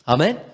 Amen